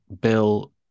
Bill